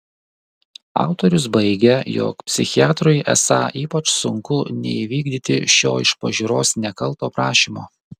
autorius baigia jog psichiatrui esą ypač sunku neįvykdyti šio iš pažiūros nekalto prašymo